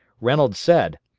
reynolds said,